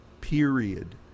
period